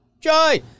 Joy